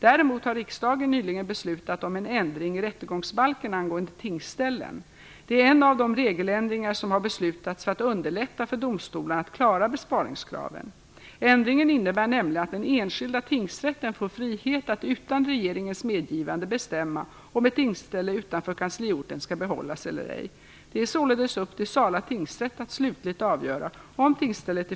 Däremot har riksdagen nyligen beslutat om en ändring i rättegångsbalken angående tingsställen. Det är en av de regeländringar som har beslutats för att underlätta för domstolarna att klara besparingskraven. Ändringen innebär nämligen att den enskilda tingsrätten får frihet att utan regeringens medgivande bestämma om ett tingsställe utanför kansliorten skall behållas eller ej. Det är således upp till Sala tingsrätt att slutligt avgöra om tingsstället i